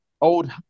old